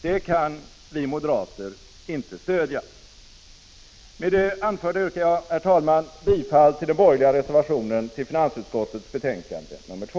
Det kan vi moderater inte stödja. Med det anförda yrkar jag, herr talman, bifall till den borgerliga reservationen till finansutskottets betänkande nr 2.